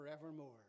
forevermore